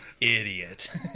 Idiot